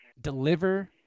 deliver